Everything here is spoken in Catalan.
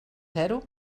zero